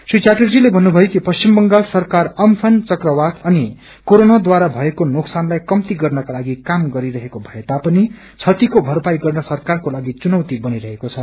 श्री चटर्जीले भन्नुभ्यो कि पश्चिम बंगाल सरकार अम्फ्रन चक्रवात अनि क्रेरोनाद्वारा भएको नोक्सानलाई कप्ती गर्नका लागि काम गरिरहेको भएतापनि क्षतिको भरपाई गर्न सरकारको लागि चुनौती बनिरहेको छ